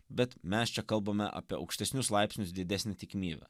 bet mes čia kalbame apie aukštesnius laipsnius didesnę tikimybę